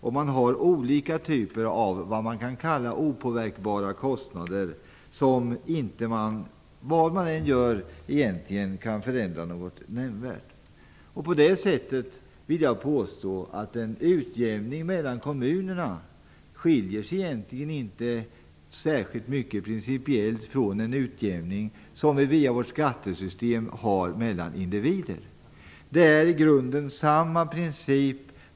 De har olika typer av, vad man kan kalla, opåverkbara kostnader som de inte kan förändra något nämnvärt vad de än gör. Jag vill påstå att en utjämning mellan kommunerna egentligen inte skiljer sig särskilt mycket principiellt från den utjämning som vi har mellan individer via vårt skattesystem. Det är i grunden samma princip.